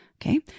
Okay